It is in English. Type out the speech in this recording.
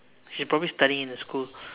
she probably studying in school